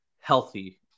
healthy